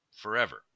forever